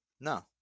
No